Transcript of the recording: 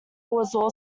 also